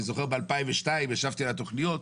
אני זוכר שב-2002 ישבתי על התוכניות.